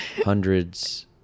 hundreds